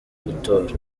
gutora